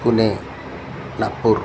Pune Nagpur